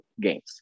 games